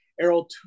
Errol